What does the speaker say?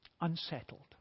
unsettled